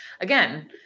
again